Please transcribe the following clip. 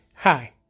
Hi